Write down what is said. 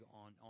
on